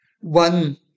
one